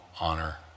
honor